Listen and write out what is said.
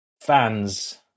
fans